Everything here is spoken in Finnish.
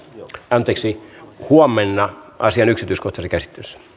anteeksi huomenna asian yksityiskohtaisessa